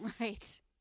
right